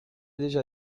déjà